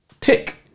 Tick